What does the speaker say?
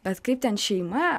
bet kaip ten šeima